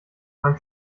beim